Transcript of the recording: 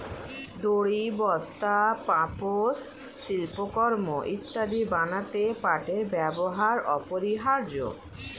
দড়ি, বস্তা, পাপোশ, শিল্পকর্ম ইত্যাদি বানাতে পাটের ব্যবহার অপরিহার্য